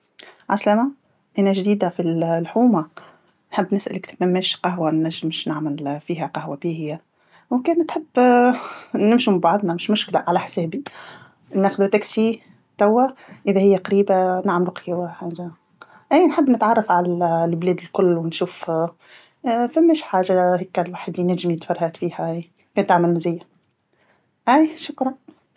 عالسلامه، أنا جديده فال- الحومه، نحب نسألك ثماش قهوةهنجم باش نعمل فيها قهوة باهيه وكان تحب نمشو مع بعضنا مش مشكله على حسابي، ناخذو سيارة أجرة توا، إذا هي قريبة نعملو قهيوه حاجة، اي نحب نتعرف على ال- البلاد الكل ونشوف فماش حاجة هاذيكا الواحد ينجم يتفرهد فيها كان تعمل مزيا، أيا شكرا.